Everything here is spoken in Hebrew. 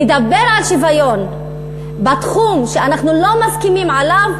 לדבר על שוויון בתחום שאנחנו לא מסכימים עליו,